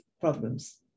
problems